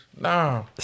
Nah